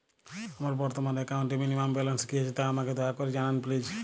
আমার বর্তমান একাউন্টে মিনিমাম ব্যালেন্স কী আছে তা আমাকে দয়া করে জানান প্লিজ